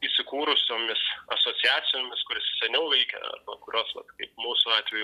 įsikūrusiomis asociacijomis kurios ir seniau laikė arba kurios vat kaip mūsų atveju